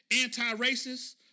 anti-racist